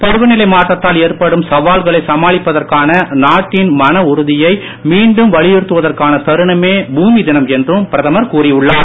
பருவநிலை மாற்றத்தால் ஏற்படும் சவால்களை சமாளிப்பதற்கான நாட்டின் வலியுறுத்துவதற்கான தருணமே பூமி தினம் என்றும் பிரதமர் கூறி உள்ளார்